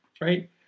right